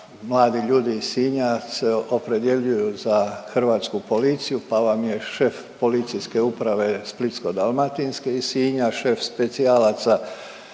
mladi ljudi iz Sinja se opredjeljuju za hrvatsku policiju, pa vam je šef PU Splitsko-dalmatinske iz Sinja, šef specijalaca